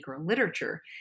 literature